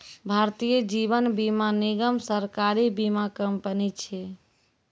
भारतीय जीवन बीमा निगम, सरकारी बीमा कंपनी छै